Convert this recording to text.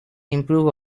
improve